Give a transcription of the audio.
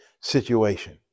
situation